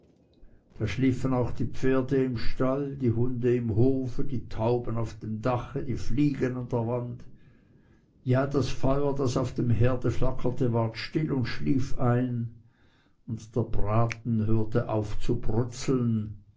da schliefen auch die pferde im stall die hunde im hofe die tauben auf dem dache die fliegen an der wand ja das feuer das auf dem herde flackerte ward still und schlief ein und der braten hörte auf zu brutzeln